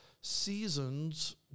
seasons